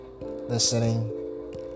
listening